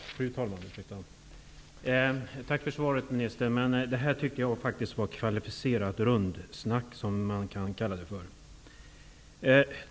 Fru talman! Jag tackar ministern för svaret, men jag tycker faktiskt att man kan kalla det för kvalificerat rundsnack.